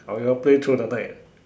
or you all play through the night